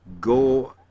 Go